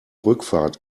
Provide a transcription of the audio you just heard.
rückfahrt